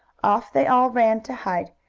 off they all ran to hide.